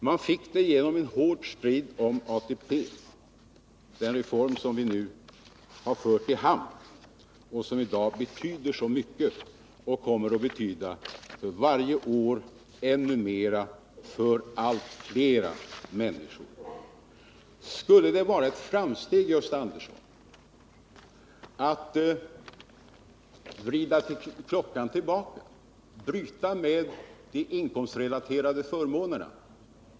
De fick det genom en hård strid om ATP, den reform vi nu fört i hamn och som i dag betyder så mycket och för varje år kommer att betyda ännu mer för allt fler människor. Skulle det vara ett framsteg, Gösta Andersson, att vrida klockan tillbaka, att bryta med de inkomstrelaterade förmånerna?